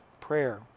prayer